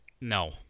No